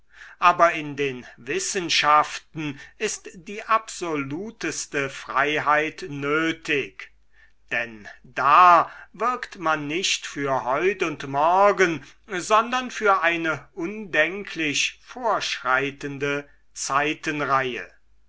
aber in den wissenschaften ist die absoluteste freiheit nötig denn da wirkt man nicht für heut und morgen sondern für eine undenklich vorschreitende